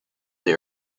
they